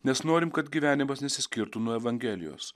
nes norim kad gyvenimas nesiskirtų nuo evangelijos